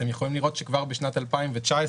אתם יכולים לראות שכבר בשנת 2019,